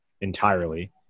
entirely